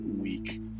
week